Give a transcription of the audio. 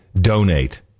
donate